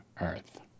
earth